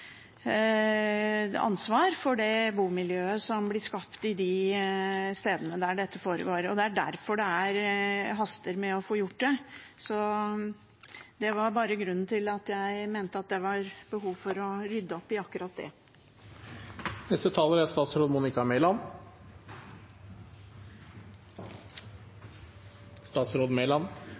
ansvar for det bomiljøet som blir skapt på de stedene der dette foregår. Det er derfor det haster med å få gjort dette. Det var grunnen til at jeg mente det var behov for å rydde opp i akkurat det. Jeg beklager hvis jeg utydeliggjorde debatten. Poenget er